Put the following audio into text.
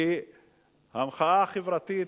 כי המחאה החברתית,